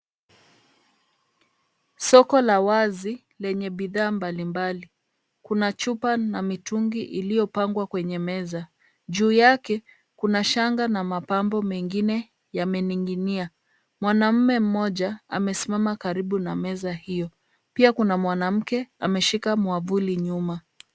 Soko la wazi lenye bidhaa mbalimbali. Kuna chupa na mitungi iliyopangwa kwenye meza. Juu yake kuna shanga na mapambo mengine yamening'inia. Mwanaume mmoja amesimama karibu na meza hiyo, pia kuna mwanamke ameshika mwavuli nyuma.